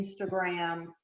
Instagram